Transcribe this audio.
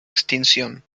extinción